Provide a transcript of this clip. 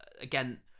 again